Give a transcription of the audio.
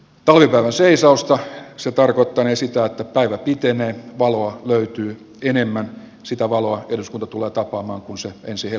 talvipäivän seisausta se tarkoittanee sitä että päivä pitenee valoa löytyy enemmän sitä valoa eduskunta tulee tapaamaan kun se ja siihen